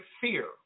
fear